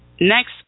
Next